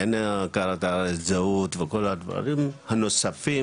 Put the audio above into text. אין את הכרת הארץ וזהות וכל הדברים הנוספים